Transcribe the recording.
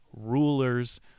rulers